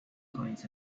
coins